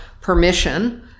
permission